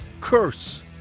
curse